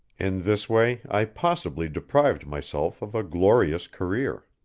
in this way i possibly deprived myself of a glorious career.